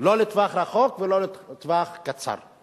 לא לטווח רחוק ולא לטווח קצר.